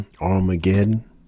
Armageddon